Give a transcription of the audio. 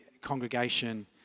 congregation